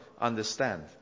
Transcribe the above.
understand